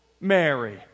Mary